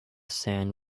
sand